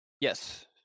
Yes